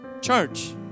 Church